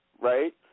right